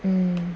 mmhmm